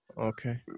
Okay